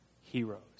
heroes